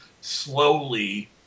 slowly